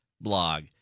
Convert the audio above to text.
blog